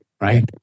right